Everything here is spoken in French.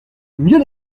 mieux